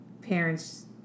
parents